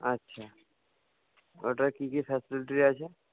আচ্ছা ওটার কী কী ফেসিলিটি আছে